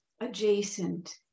adjacent